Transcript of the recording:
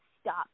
stop